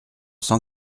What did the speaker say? cent